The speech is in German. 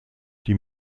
die